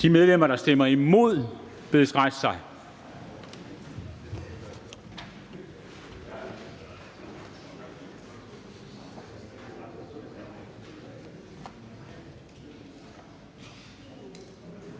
De medlemmer, der stemmer imod, bedes rejse sig.